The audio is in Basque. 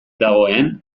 dagoen